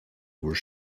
were